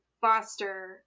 foster